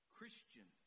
Christian